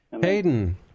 Hayden